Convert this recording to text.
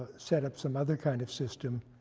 set up some other kind of system,